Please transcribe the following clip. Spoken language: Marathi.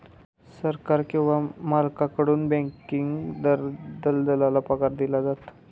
सरकार किंवा मालकाकडून बँकिंग दलालाला पगार दिला जातो